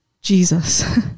Jesus